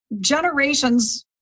generations